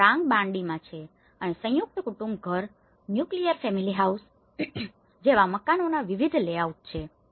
આ થરાંગંબાડીમાં છે અને સંયુક્ત કુટુંબ ઘર ન્યુક્લીયર ફેમીલી હાઉસ જેવા આ મકાનોના વિવિધ લેઆઉટ છે